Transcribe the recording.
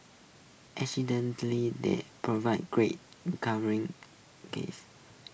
additionally they provide greater recovering case